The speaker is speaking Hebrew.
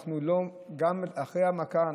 גם אחרי המכה,